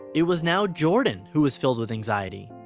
it was now jordan who was filled with anxiety.